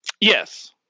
Yes